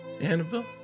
Annabelle